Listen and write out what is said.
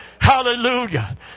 Hallelujah